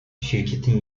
şirketin